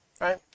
right